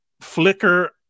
flicker